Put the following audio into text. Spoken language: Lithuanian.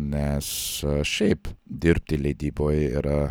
nes šiaip dirbti leidyboj yra